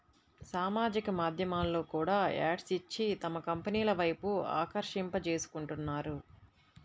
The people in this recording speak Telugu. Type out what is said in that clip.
సామాజిక మాధ్యమాల్లో కూడా యాడ్స్ ఇచ్చి తమ కంపెనీల వైపు ఆకర్షింపజేసుకుంటున్నారు